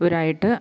വരായിട്ട്